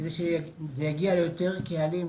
כדי שזה יגיע ליותר קהלים,